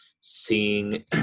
seeing